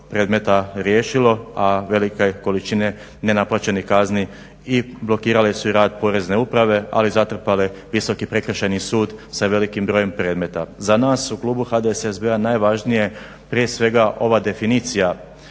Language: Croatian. predmeta riješilo a velika je količina nenaplaćenih kazni i blokirale su i rad Porezne uprave ali zatrpale Visoki prekršajni sud sa velikim brojem predmeta. Za nas u Klubu HDSSB-a najvažnije je prije svega ova definicija